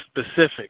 specific